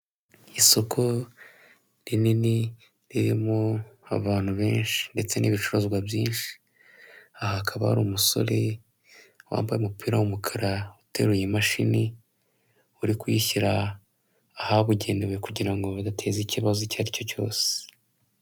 Isoko rinini ririmo abantu benshi ndetse n'ibicuruzwa byinshi, aha hakaba hari umusore wambaye umupira w'umukara uteruye imashini, uri kuyishyira ahabugenewe kugira ngo badateze ikibazo icyo ari cyo cyose.